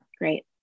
Great